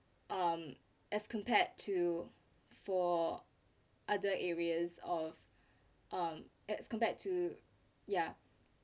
um as compared to for other areas of um as compared to yeah